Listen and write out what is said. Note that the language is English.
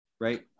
right